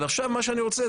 אבל עכשיו מה שאני רוצה,